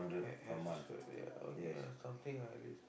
okay ya something ah at least